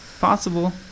possible